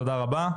תודה רבה.